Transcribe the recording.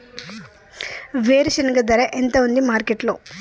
వేరుశెనగ ధర ఎంత ఉంది మార్కెట్ లో?